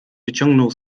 wyciągnął